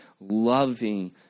loving